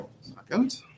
Second